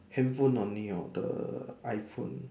handphone only orh the iPhone